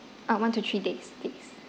ah one to three days days